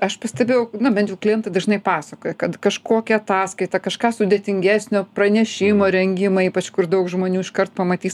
aš pastebėjau na bent jau klientai dažnai pasakoja kad kažkokią ataskaitą kažką sudėtingesnio pranešimo rengimą ypač kur daug žmonių iškart pamatys